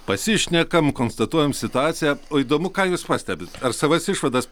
pasišnekam konstatuojam situaciją o įdomu ką jūs pastebit ar savas išvadas